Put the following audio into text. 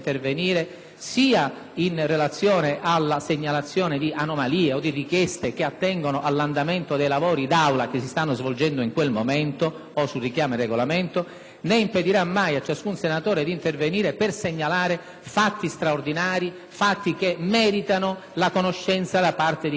in relazione alla segnalazione di anomalie o richieste che attengono all'andamento dei lavori d'Aula in corso di svolgimento o su richiami al Regolamento, né impedirà mai a ciascun senatore di intervenire per segnalare fatti straordinari che meritano la conoscenza da parte dell'Assemblea.